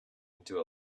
into